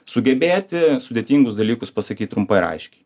sugebėti sudėtingus dalykus pasakyt trumpai ir aiškiai